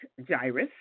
gyrus